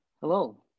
Hello